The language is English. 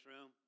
room